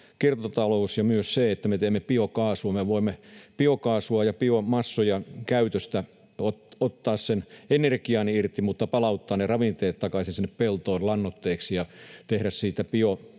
kiertotalous ja myös se, että me teemme biokaasua. Me voimme biokaasun ja biomassojen käytöstä ottaa sen energian irti mutta palauttaa ne ravinteet takaisin sinne peltoon lannoitteeksi ja tehdä siitä biolannoitteita.